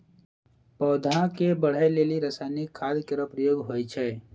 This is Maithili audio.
पौधा क बढ़ै लेलि रसायनिक खाद केरो प्रयोग होय छै